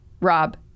Rob